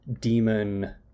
demon